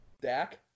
Dak